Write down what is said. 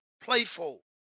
playful